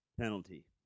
penalty